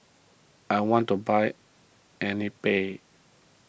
I want to buy